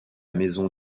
maison